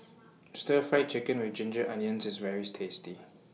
Stir Fry Chicken with Ginger Onions IS very tasty